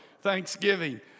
Thanksgiving